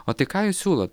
o tai ką jūs siūlot